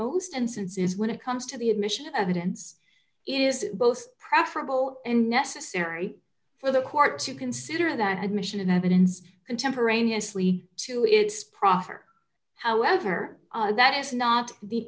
most instances when it comes to the admission of evidence is both preferable and necessary for the court to consider that admission and evidence contemporaneously to its proffer however that is not the